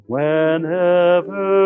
Whenever